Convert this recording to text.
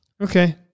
Okay